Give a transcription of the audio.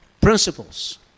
Principles